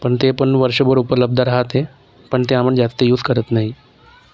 पण ते पण वर्षभर उपलब्ध रहाते पण ते आम्ही जास्ती यूज करत नाही